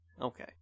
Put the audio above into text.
Okay